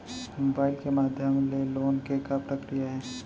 Mobile के माधयम ले लोन के का प्रक्रिया हे?